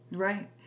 Right